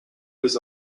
was